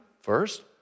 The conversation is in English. First